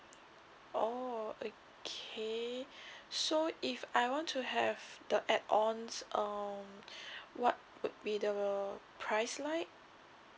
oh okay so if I want to have the add ons um what would be the price like